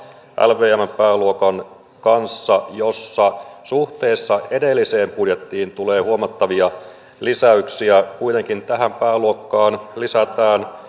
lvmn pääluokan kanssa jossa suhteessa edelliseen budjettiin tulee huomattavia lisäyksiä kuitenkin tähän pääluokkaan lisätään